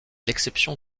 l’exception